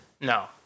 No